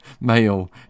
male